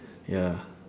ya